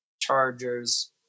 Chargers